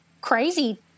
crazy